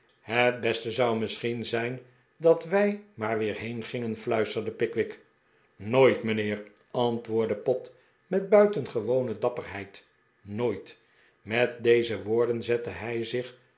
het beste zou misschien zijn dat wij maar weer heengingen fluisterde pickwick nooit mijnheer antwoordde pott met buitengewone dapperheid nooit met deze woorden zette hij zich